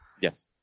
Yes